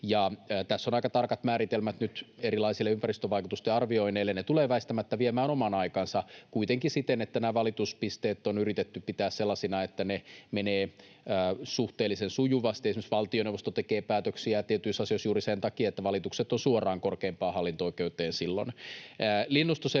Tässä on aika tarkat määritelmät nyt erilaisille ympäristövaikutusten arvioinneille. Ne tulevat väistämättä viemään oman aikansa, kuitenkin siten, että nämä valituspisteet on yritetty pitää sellaisina, että ne menevät suhteellisen sujuvasti. Esimerkiksi valtioneuvosto tekee päätöksiä tietyissä asioissa juuri sen takia, että valitukset ovat suoraan korkeimpaan hallinto-oikeuteen silloin.